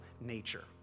nature